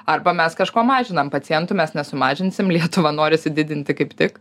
arba mes kažko mažinam pacientų mes nesumažinsim lietuvą norisi didinti kaip tik